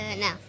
No